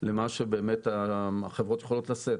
למה שבאמת החברות יכולות לשאת.